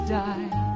die